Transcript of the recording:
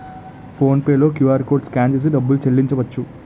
phone pay లో QR code scan చేసి డబ్బులు చెల్లించవచ్చు